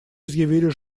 изъявили